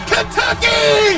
Kentucky